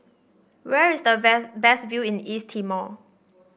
where is the best view in East Timor